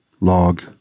log